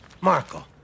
Marco